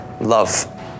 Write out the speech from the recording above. Love